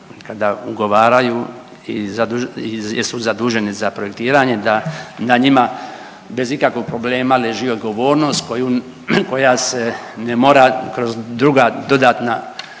kada ugovaraju i jesu zaduženi za projektiranje, da na njima bez ikakvog problema leži odgovornost koja se ne mora kroz druga dodatna,